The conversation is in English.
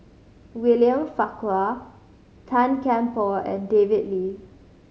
William Farquhar Tan Kian Por and David Lee